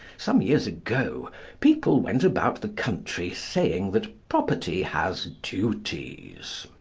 some years ago people went about the country saying that property has duties.